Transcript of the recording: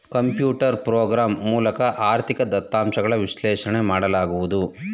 computer program ಮೂಲಕ ಆರ್ಥಿಕ ದತ್ತಾಂಶಗಳ ವಿಶ್ಲೇಷಣೆ ಮಾಡಲಾಗುವುದು